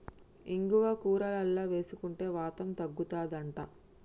ఇంగువ కూరలల్ల వేసుకుంటే వాతం తగ్గుతది అంట